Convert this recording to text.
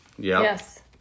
Yes